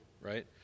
right